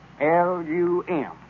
L-U-M